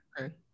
Okay